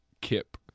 Kip